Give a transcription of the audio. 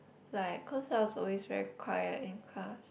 like cause I was always very quiet in class